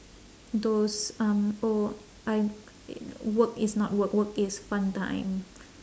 those um oh I work is not work work is fun time